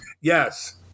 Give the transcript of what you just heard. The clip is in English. Yes